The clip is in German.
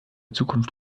zukunft